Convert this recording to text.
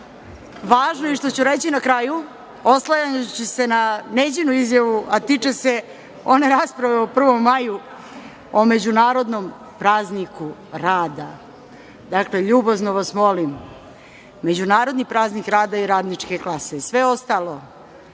važno i što ću reći na kraju, oslanjajući se na Neđinu izjavu, a tiče se one rasprave o 1. maju, o Međunarodnom prazniku rada, ljubazno vas molim, Međunarodni praznik rada je radničke klase i sve ostalo